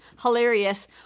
hilarious